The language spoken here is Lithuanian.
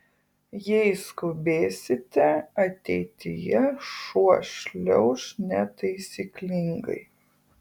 jei skubėsite ateityje šuo šliauš netaisyklingai